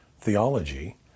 theology